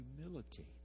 humility